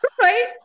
right